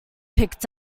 picked